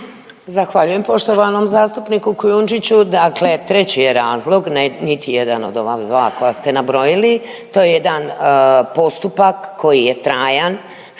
Zahvaljujem poštovanom zastupniku Kujundžiću, dakle treći je razlog, ne, niti jedan od ova dva koji ste nabrojili, to je jedan postupak koji je trajan,